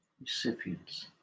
recipients